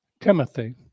Timothy